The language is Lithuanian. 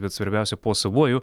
bet svarbiausia po savuoju